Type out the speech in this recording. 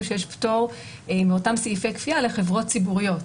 שיש פטור מאותם סעיפי כפייה לחברות ציבוריות.